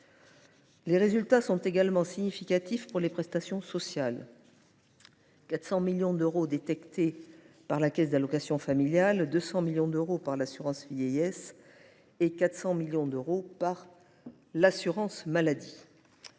Les résultats sont également significatifs pour les prestations sociales, avec 400 millions d’euros détectés par la Caisse nationale des allocations familiales (Cnaf), 200 millions d’euros par l’assurance vieillesse et 400 millions d’euros par l’assurance maladie.